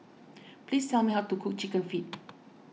please tell me how to cook Chicken Feet